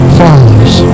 fathers